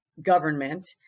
government